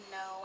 no